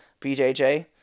BJJ